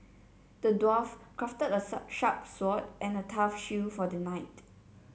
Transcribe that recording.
the dwarf crafted a sharp sword and a tough shield for the knight